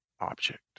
object